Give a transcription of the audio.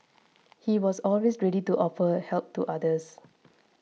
he was always ready to offer help to others